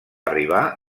arribar